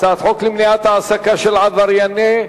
הצעת חוק למניעת העסקה של עברייני,